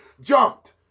jumped